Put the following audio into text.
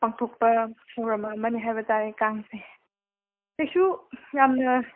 ꯄꯥꯡꯊꯣꯛꯄ ꯊꯧꯔꯝ ꯑꯃꯅꯤ ꯍꯥꯏꯕ ꯇꯥꯔꯦ ꯀꯥꯡꯁꯦ ꯀꯩꯁꯨ ꯌꯥꯝꯅ